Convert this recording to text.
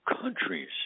countries